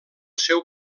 seu